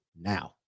now